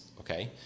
Okay